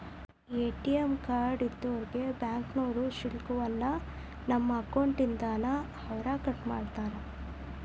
ATM card ಇದ್ದೋರ್ಗೆ ಬ್ಯಾಂಕ್ನೋರು ಶುಲ್ಕವನ್ನ ನಮ್ಮ ಅಕೌಂಟ್ ಇಂದಾನ ಅವ್ರ ಕಟ್ಮಾಡ್ತಾರ